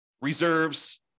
reserves